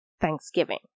Thanksgiving